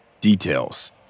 Details